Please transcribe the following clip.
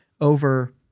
over